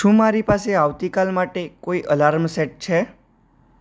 શું મારી પાસે આવતીકાલ માટે કોઈ અલાર્મ સેટ છે